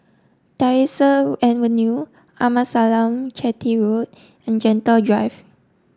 Tyersall Avenue Amasalam Chetty Road and Gentle Drive